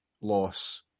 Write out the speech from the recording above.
loss